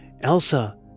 Elsa